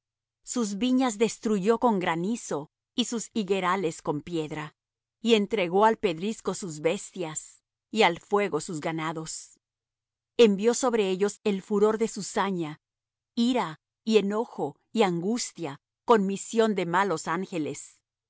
sus viñas destruyó con granizo y sus higuerales con piedra y entregó al pedrisco sus bestias y al fuego sus ganados envió sobre ellos el furor de su saña ira y enojo y angustia con misión de malos ángeles